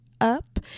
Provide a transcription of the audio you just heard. Up